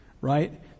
Right